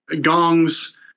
Gongs